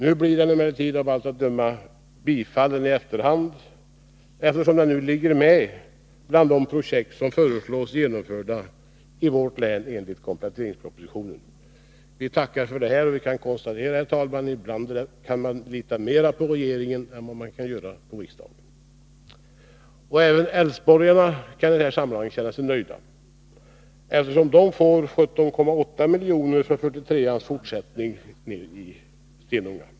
Nu blir den emellertid av allt att döma bifallen i efterhand, eftersom den ligger med bland de projekt som föreslås genomförda i vårt län enligt kompletteringspropositionen. Vi tackar för detta och konstaterar att man ibland kan lita mera på regeringen än på riksdagen. Även älvsborgarna kan i det här sammanhanget känna sig nöjda, eftersom de får 17,8 milj.kr. för 43:ans fortsättning till Stenunga.